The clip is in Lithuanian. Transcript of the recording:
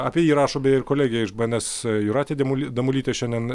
apie jį rašo ir kolegė iš bns jūratė damuly damulytė šiandien